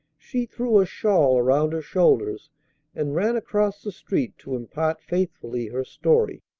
she threw a shawl around her shoulders and ran across the street to impart faithfully her story.